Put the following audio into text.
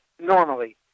normally